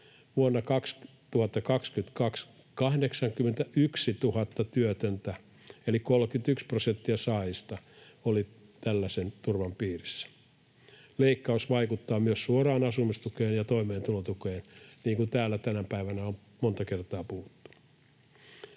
Vuonna 2022 81 000 työtöntä, eli 31 prosenttia saajista, oli tällaisen turvan piirissä. Leikkaus vaikuttaa myös suoraan asumistukeen ja toimeentulotukeen, niin kuin täällä tänä päivänä on monta kertaa puhuttu.